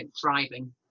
thriving